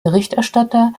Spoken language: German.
berichterstatter